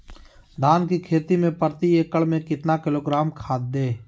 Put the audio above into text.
धान की खेती में प्रति एकड़ में कितना किलोग्राम खाद दे?